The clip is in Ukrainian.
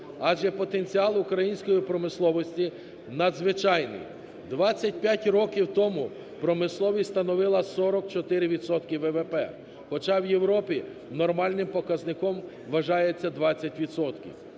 адже потенціал української промисловості надзвичайний. 25 років тому промисловість становила 44 відсотки ВВП, хоча в Європі нормальним показником вважається 20